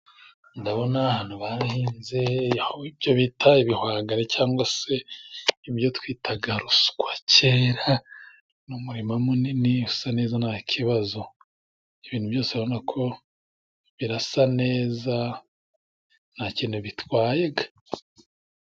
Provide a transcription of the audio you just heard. Ndabona ahantu bahinze ibyo bita ibihwagari cyangwa se ibyo twitaga ruswa kera. Ni umurima munini usa neza nta kibazo, ibintu byose ubona ko birasa neza nta kintu bitwaye ga.